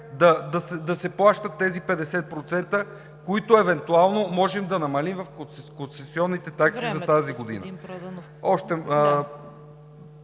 да се плащат тези 50%, които, евентуално, можем да намалим в концесионните такси за тази година.